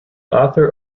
author